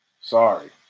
Sorry